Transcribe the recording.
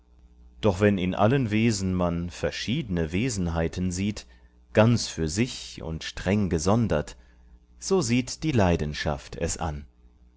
doch wenn in allen wesen man verschiedne wesenheiten sieht ganz für sich und streng gesondert so sieht die leidenschaft es an